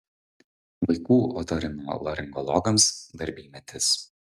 vaikų otorinolaringologams darbymetis